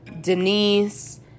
Denise